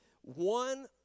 One